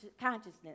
consciousness